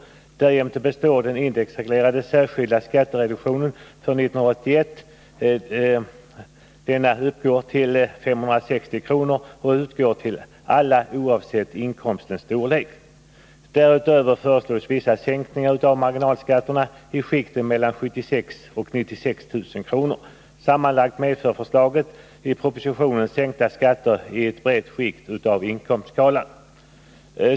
Därjämte består den indexreglerade särskilda skattereduktionen för 1981. Denna uppgår till 560 kr. och utgår till alla oavsett inkomstens storlek. Därutöver föreslås vissa sänkningar av marginalskatten i skikten mellan 76 000 och 96 000 kr. Sammanlagt medför förslaget i propositionen sänkta skatter i ett brett skikt av inkomstskalan.